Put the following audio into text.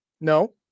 No